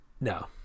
no